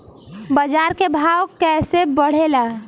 बाजार के भाव कैसे बढ़े ला?